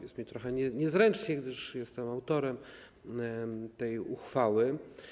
Jest mi trochę niezręcznie, gdyż jestem autorem tej uchwały.